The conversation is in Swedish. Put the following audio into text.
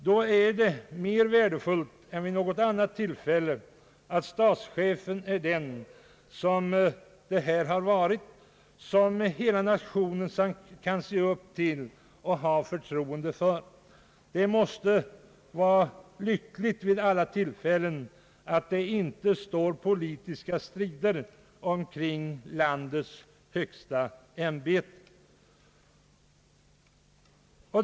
Då är det ännu värdefullare än vid något annat tillfälle att statschefen är en person som — såsom det varit hos oss — hela nationen kan se upp till och ha förtroende för. Det måste vid alla tillfällen vara lyckligt att det inte står politiska strider kring landets högsta ämbete.